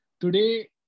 Today